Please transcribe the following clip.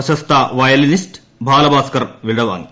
പ്രശസ്ത വയലിനിസ്റ്റ് ബാലഭാസ്കർ വിടവാങ്ങി